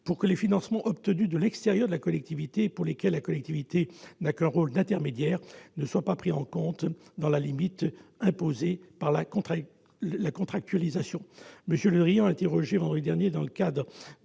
pour que les financements obtenus de l'extérieur de la collectivité, et pour lesquels la collectivité n'est qu'un intermédiaire, ne soient pas pris en compte dans la limite imposée dans le cadre de la contractualisation.